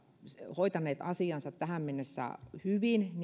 hoitaneet asiansa tähän mennessä hyvin